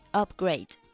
upgrade